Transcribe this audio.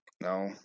No